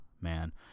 man